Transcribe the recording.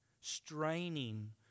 straining